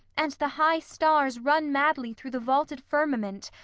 and the high stars run madly through the vaulted firmament,